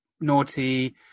naughty